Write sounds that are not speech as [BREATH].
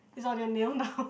it's on your nail now [BREATH]